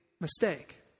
mistake